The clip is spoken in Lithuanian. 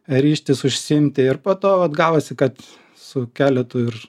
ryžtis užsiimti ir po to vat gavosi kad su keletu ir